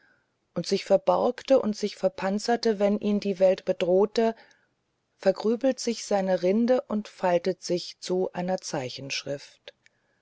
und sich verborkte und sich verpanzerte wenn ihn die welt bedrohte vergrübelte sich seine rinde und faltete sich zu einer